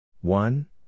one